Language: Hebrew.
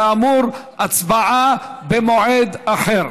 כאמור, הצבעה במועד אחר.